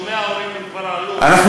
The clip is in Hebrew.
כבר עלו, אנחנו